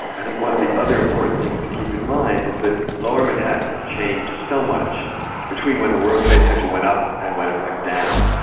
i think one of the other important things to keep in mind is that lower manhattan's changed so much between when the world trade center went up and when it went down.